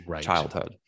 childhood